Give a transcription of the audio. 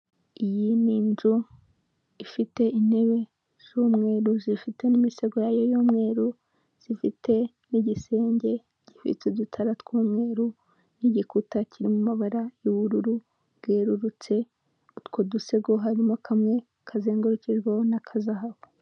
Iyi ni inzu ifite intebe z'umweru zifite n'imisego yayo y'umweru zifite n'igisenge gifite udutara tw'umweru, n'igikuta kiri mu mabara y'ubururu bwerurutse utwo dusego harimo kamwe kazengurukijweho n'akazahabu.